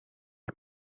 het